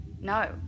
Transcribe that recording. No